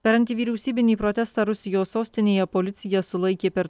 per antivyriausybinį protestą rusijos sostinėje policija sulaikė per